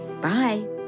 bye